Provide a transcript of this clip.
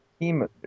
team